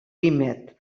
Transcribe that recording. vímet